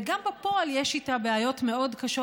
וגם בפועל יש איתה בעיות מאוד קשות,